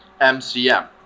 MCM